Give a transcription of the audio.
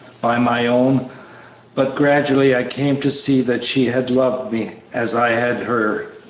by my own but gradually i came to see that she had loved me, as i had her,